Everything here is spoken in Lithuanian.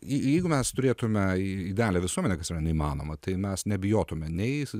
jeigu mes turėtume idealią visuomenę kas yra neįmanoma tai mes nebijotume nei